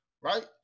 right